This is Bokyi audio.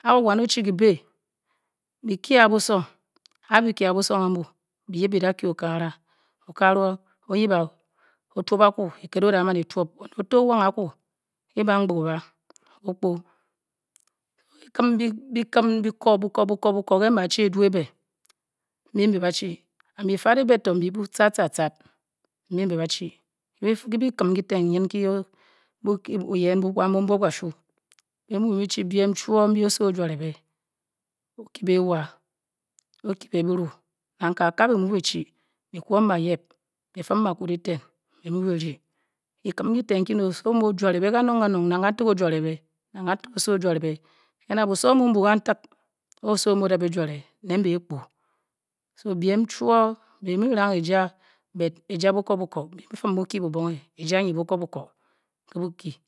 A wan oche kebeh be kia bosung a be kia bosang amb be yep a be da key okakara okakara oyep a-keped oya mani tube oned bekor bakor nga mba chi adu ehe mbe mbu ba chi and be fa'ad be bae mbe tsat tad tad tad be fe le ga kem ketah mbe bota boyen wa bu mbohe kasu wa mbe osowor ojualebe okibe a wa okibe keru nka be ma chi be kum bayep be kun leped le te be mu do ke tem ke teh nkene na osowa omu o juale be kanong kanon na kanjen osowor ogua le be kem bosung mbu mbu nan teb osowor o mu ba bu jua le bem kan tep tow be mua lang eja eya bokwup bokwup be femhoki bur bonk eh ejar nye bokub bokub ke boki bky-04-C028-1. ba fur kelu ba fe nkale ba ti bakule ingele otey ba pe otashi be tah inku le lakan be tah di ka rua nke kan kan lakele mu a pu bem bre ga lem oshe ntien gbad ba le ned ashie a chand mhe bele kemble bunchi gi Antony Ani oba fle otulash oshe oba ke me banpkong ah unche le haslo oshe ntah ley kemblee lubube hasu inpkel le yu ene me oiyen umu mu le latan nen oyu ba motor le lepken ni ji mba sa kafa ly inkele mu ke ka ba nke ba be buan.